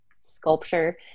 sculpture